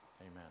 Amen